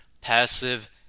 passive